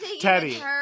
teddy